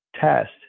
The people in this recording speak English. test